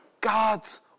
God's